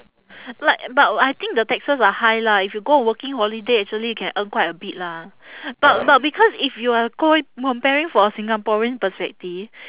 like but I think the taxes are high lah if you go working holiday actually you can earn quite a bit lah but but because if you are comparing for singaporean perspective